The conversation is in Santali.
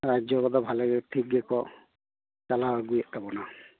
ᱨᱟᱡᱽᱡᱚ ᱠᱚᱫᱚ ᱵᱷᱟᱞᱮᱜᱮ ᱴᱷᱤᱠ ᱜᱮᱠᱚ ᱪᱟᱞᱟᱣ ᱟᱹᱜᱩᱭᱮᱫ ᱛᱟᱵᱚᱱᱟ